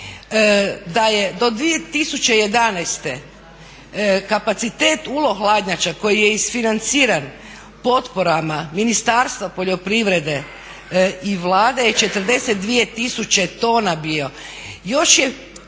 da je do 2011.kapacitet ULO hladnjača koji je isfinanciran potporama Ministarstva poljoprivrede i Vlade je 42 tisuće tona bio. Još je